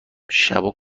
شبا